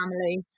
family